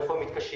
איפה הם מתקשים?